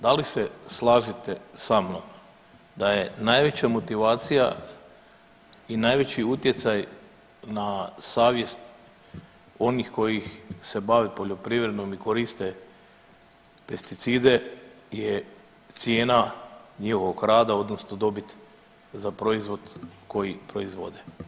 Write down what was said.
Da li se slažete sa mnom da je najveća motivacija i najveći utjecaj na savjest onih koji se bave poljoprivrednom i koriste pesticide je cijena njihovog rada odnosno dobit za proizvod koji proizvode?